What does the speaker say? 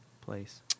place